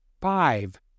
five